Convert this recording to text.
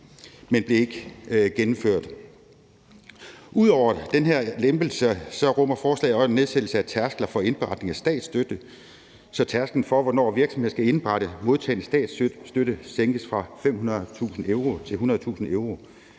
men blev ikke gennemført. Ud over den her lempelse rummer forslaget også en nedsættelse af tærskler for indberetning af statsstøtte, så tærsklen for, hvornår virksomheder skal indberette modtaget statsstøtte, sænkes fra 500.000 euro til 100.000 euro